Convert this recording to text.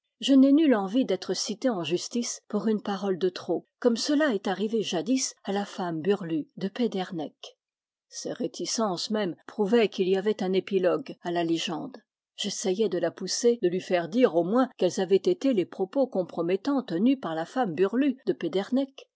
je n'ai nulle envie d'être citée en justice pour une parole de trop comme cela est arrivé jadis à la femme burlu de pédernec ses réticences mêmes prouvaient qu'il y avait un épilogue à la légende j'essayai de la pousser de lui faire dire au moins quels avaient été les propos compromettants tenus par la femme burlu de